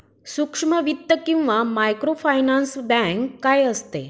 सूक्ष्म वित्त किंवा मायक्रोफायनान्स बँक काय असते?